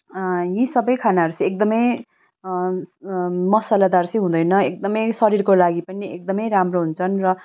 यी सबै खानाहरू चाहिँ एकदमै मसालादार चाहिँ हुँदैन एकदमै शरीरको लागि पनि एकदमै राम्रो हुन्छन् र